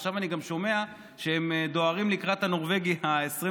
עכשיו אני גם שומע שהם דוהרים לקראת הנורבגי ה-22.